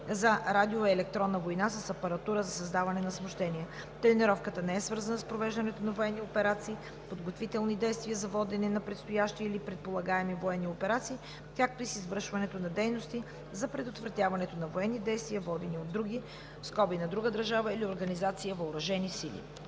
за радиоелектронна война с апаратура за създаване на смущения. Тренировката не е свързана с провеждането на военни операции, подготвителни действия за водене на предстоящи или предполагаеми военни операции, както и с извършването на дейности за предотвратяването на военни действия, водени от други (на друга държава или организация) въоръжени сили.